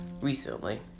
recently